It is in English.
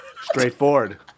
Straightforward